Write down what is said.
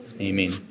amen